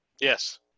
Yes